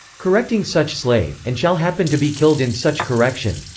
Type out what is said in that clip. correcting such slave, and shall happen to be killed in such correction.